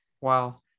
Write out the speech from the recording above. wow